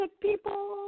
people